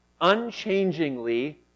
unchangingly